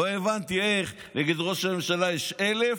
לא הבנתי איך נגד ראש הממשלה יש 1000,